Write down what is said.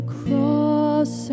cross